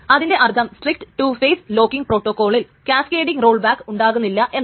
അതിൻറെ അർത്ഥം strict 2 phase locking പ്രോട്ടോക്കോളിൽ കാസ്കേഡിങ് റോൾ ബാക്ക് ഉണ്ടാകുന്നില്ല എന്നാണ്